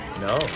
No